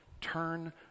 Turn